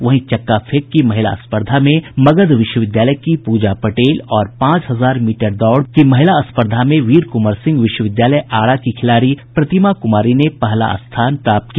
वहीं चक्का फेंक की महिला स्पर्धा में मगध विश्वविद्यालय की पूजा पटेल और पांच हजार मीटर दौड़ की महिला स्पर्धा में वीर कुंवर सिंह विश्वविद्यालय आरा की खिलाड़ी प्रतिमा कुमारी ने पहला स्थान हासिल किया